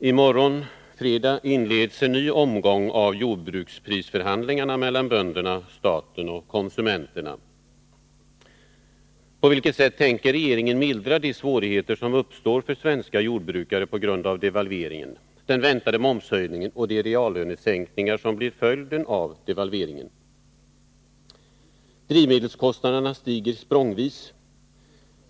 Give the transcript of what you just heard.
I morgon, fredag, inleds en ny omgång av jordbruksprisförhandlingarna mellan bönderna, staten och konsumenterna. På vilket sätt tänker regeringen mildra de svårigheter som uppstår för svenska jordbrukare på grund av devalveringen, den väntade momshöjningen och de reallönesänkningar som blir följden av devalveringen? Drivmedelskostnaderna stiger språngvis.